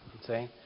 See